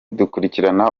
dukurikirana